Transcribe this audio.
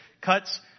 cuts